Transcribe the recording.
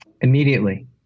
Immediately